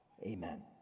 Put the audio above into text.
Amen